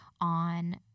on